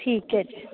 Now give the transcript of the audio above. ਠੀਕ ਹੈ ਜੀ